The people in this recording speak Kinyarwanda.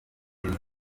izi